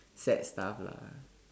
sad stuff lah